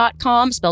Spelled